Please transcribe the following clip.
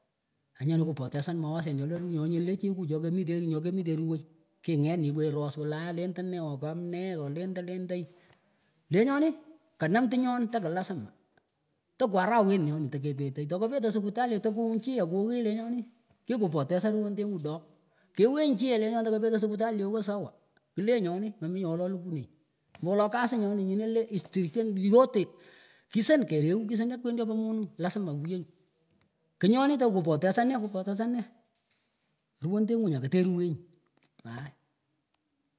Kanyahnyun kupotesan mawasen choleh nyoleh chekuh chokemitenyih nyokemitenyih nyokemitenyih ruway kinget nyih iwenyih iros wahlae lendeneh ooh kamneeh ooh lendah lnday lenyonih kanam tinyon tah kilasima tokwaret nyonih tekepetey tokeh petey sikutali takunyun chih akwinychih akuhinyih lenyonih kikupotesan ruwendenguh doh kewenyih chih eelenyonih tekepetah sikutali ougha sawa kleh nyonih meminyeh wolo lukunenyih mbo wolo kasih nyonih nyinileh yote kisan kereu kisan akwen chopah monigh lasima wuyenyih knyonih takupotesaneh kupotesaneh ruwondenguh nyah keteruwenyin aai.